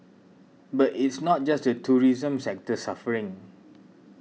but it's not just the tourism sector suffering